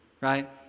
Right